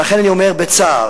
ולכן אני אומר בצער,